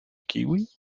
kiwi